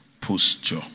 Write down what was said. posture